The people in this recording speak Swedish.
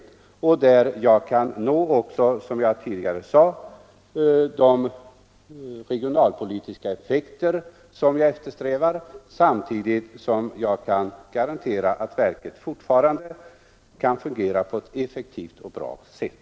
I fråga om dem kan jag, som jag tidigare sade, nå de regionalpolitiska effekter som jag eftersträvar samtidigt som jag kan garantera att verket fortfarande kan fungera på ett effektivt och bra sätt.